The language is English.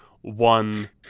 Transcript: one